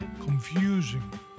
confusing